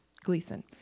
Gleason